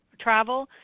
Travel